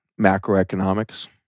macroeconomics